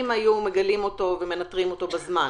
אם היו מגלים אותו ומנטרים אותו בזמן,